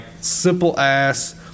simple-ass